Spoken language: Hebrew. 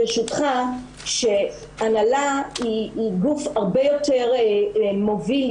ברשותך שההנהלה היא גוף הרבה יותר מוביל,